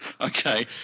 Okay